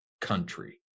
country